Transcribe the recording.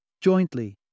Jointly